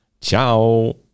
Ciao